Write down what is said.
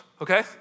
okay